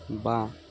বা